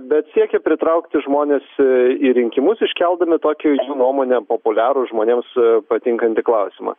bet siekia pritraukti žmones į rinkimus iškeldami tokį jų nuomone populiarų žmonėms patinkantį klausimą